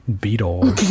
beetle